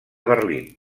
berlín